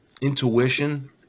intuition